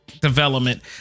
development